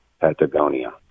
Patagonia